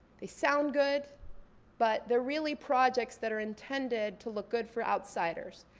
they sound good but they're really projects that are intended to look good for outsiders.